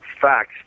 facts